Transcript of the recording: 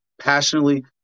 passionately